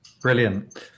Brilliant